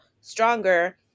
stronger